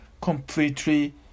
completely